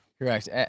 Correct